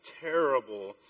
terrible